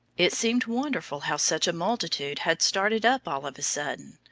it seemed wonderful how such a multitude had started up all of a sudden.